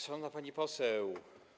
Szanowna Pani Poseł!